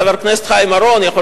חבר הכנסת חיים אורון.